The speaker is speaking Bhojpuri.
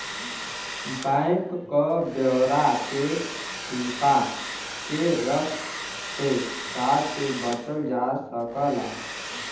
बैंक क ब्यौरा के छिपा के रख से फ्रॉड से बचल जा सकला